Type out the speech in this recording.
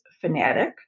fanatic